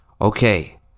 okay